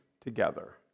together